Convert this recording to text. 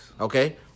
Okay